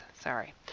sorry